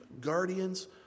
guardians